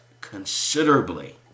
considerably